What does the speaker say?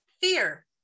Fear